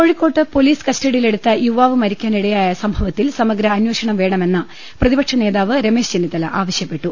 കോഴിക്കോട്ട് പൊലീസ് കസ്റ്റഡിയിലെടുത്ത യുവാവ് മരിക്കാനിടയായ സംഭവത്തിൽ സമഗ്ര അന്വേഷണം വേണമെന്ന് പ്രതിപക്ഷ നേതാവ് രമേശ് ചെന്നിത്തല ആവശ്യപ്പെട്ടു